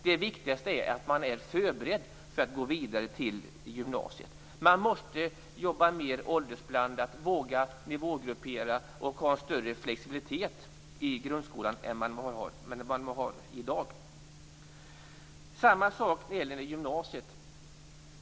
Det viktigaste är att man är förberedd för att gå vidare till gymnasiet. Man måste jobba mer åldersblandat, våga nivågruppera och ha större flexibilitet i grundskolan än vad man har i dag. Samma sak gäller gymnasiet.